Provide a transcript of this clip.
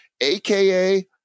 aka